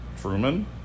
Truman